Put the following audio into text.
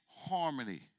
harmony